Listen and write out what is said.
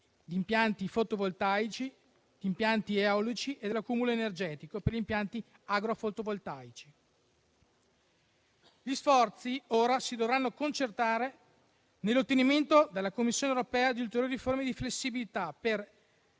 di impianti fotovoltaici, impianti eolici e di accumulo energetico e impianti agrofotovoltaici. Gli sforzi ora si dovranno concentrare nell'ottenimento dalla Commissione europea di ulteriori forme di flessibilità per